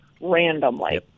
randomly